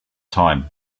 time